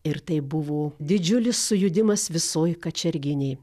ir tai buvo didžiulis sujudimas visoj kačerginėj